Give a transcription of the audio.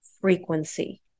frequency